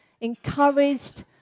encouraged